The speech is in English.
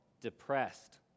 depressed